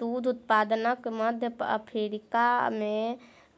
दूध उत्पादनक मध्य अफ्रीका मे